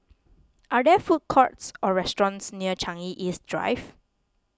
are there food courts or restaurants near Changi East Drive